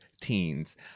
teens